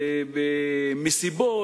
במסיבות.